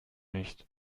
nicht